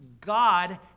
God